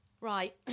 Right